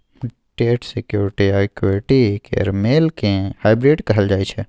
date security आ equity केर मेल केँ हाइब्रिड कहल जाइ छै